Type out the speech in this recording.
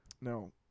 No